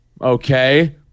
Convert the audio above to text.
Okay